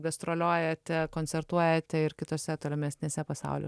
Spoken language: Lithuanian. gastroliuojate koncertuojate ir kitose tolimesnėse pasaulio